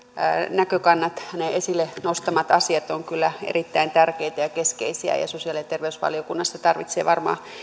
näkökannat hänen esille nostamansa asiat ovat kyllä erittäin tärkeitä ja keskeisiä ja ja sosiaali ja terveysvaliokunnassa tarvitsee varmaan